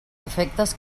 efectes